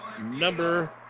number